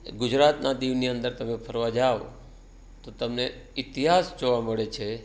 એ ગુજરાતનાં દીવની અંદર તમે ફરવા જાઓ તો તમને ઇતિહાસ જોવા મળે છે